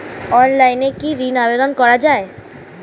অনলাইনে কি ঋণের আবেদন করা যায়?